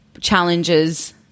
challenges